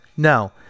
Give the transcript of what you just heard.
No